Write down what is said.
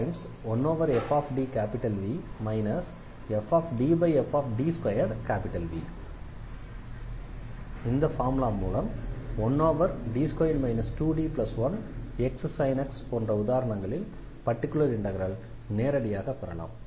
1fDxVx1fV fDfD2V இந்த formula மூலம் 1D2 2D1xsin x போன்ற உதாரணங்களில் பர்டிகுலர் இண்டெக்ரலை நேரடியாக பெறலாம்